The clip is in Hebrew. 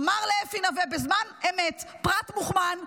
אמר לאפי נוה בזמן אמת פרט מוכמן,